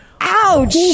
Ouch